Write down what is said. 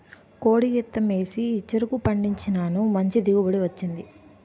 కోడి గెత్తెం ఏసి చెరుకు పండించినాను మంచి దిగుబడి వచ్చింది